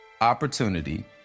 Opportunity